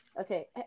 Okay